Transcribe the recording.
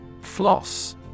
Floss